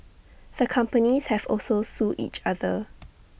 the companies have also sued each other